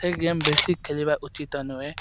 ସେଇ ଗେମ୍ ବେଶି ଖେଲିବା ଉଚିତ ନୁହେଁ